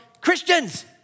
Christians